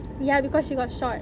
ya because she got shot